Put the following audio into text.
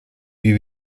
wie